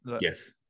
Yes